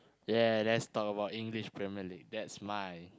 yeah let's talk about English Premier-League that's my